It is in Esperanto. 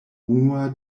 unua